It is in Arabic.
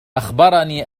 أخبرني